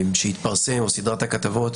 שהתפרסם, סדרת הכתבות,